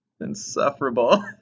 insufferable